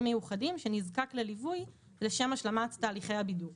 מיוחדים שנזקק לליווי לשם השלמת תהליכי הבידוק